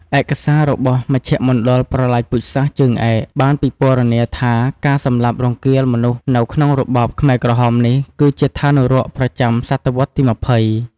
ឯកសាររបស់មជ្ឈមណ្ឌលប្រល័យពូជសាសន៍ជើងឯក បានពិពណ៌នាថា ការសម្លាប់រង្គាលមនុស្សនៅក្នុងរបបខ្មែរក្រហមនេះ គឺជាឋាននរកប្រចាំសតវត្សរ៍ទី២០។